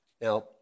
Now